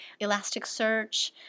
Elasticsearch